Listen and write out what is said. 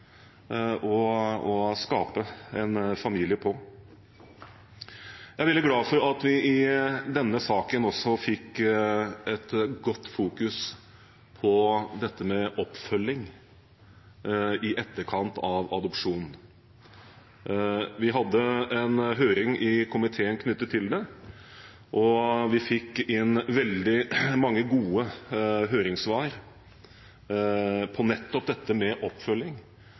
måte å skape en familie på. Jeg er veldig glad for at vi i denne saken også fikk fokusert mye på dette med oppfølging i etterkant av adopsjon. Vi hadde en høring i komiteen knyttet til det, og vi fikk inn veldig mange gode høringssvar på nettopp dette med oppfølging.